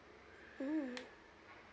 mm